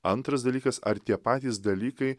antras dalykas ar tie patys dalykai